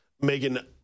megan